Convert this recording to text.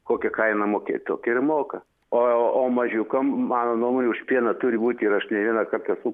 kokią kainą mokėt tokią ir moka o o mažiukam mano nuomone už pieną turi būti ir aš ne vieną kartą esu